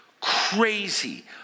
crazy